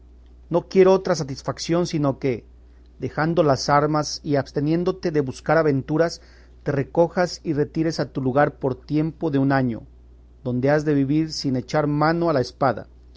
no quiero otra satisfación sino que dejando las armas y absteniéndote de buscar aventuras te recojas y retires a tu lugar por tiempo de un año donde has de vivir sin echar mano a la espada